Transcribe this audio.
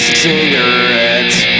cigarettes